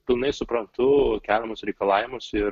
pilnai suprantu keliamus reikalavimus ir